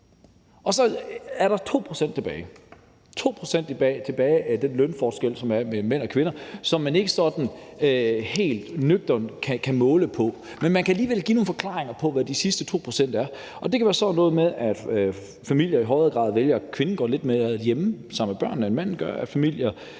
Og så er der 2 pct. tilbage af den lønforskel, der er mellem mænd og kvinder, som man ikke sådan helt nøgternt kan måle på, men man kan alligevel give nogle forklaringer på, hvad de sidste 2 pct. kan skyldes. Det kan være sådan noget med, at familierne i højere grad vælger, at kvinden går lidt mere hjemme sammen med børnene, end manden gør, eller at familierne